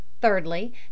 thirdly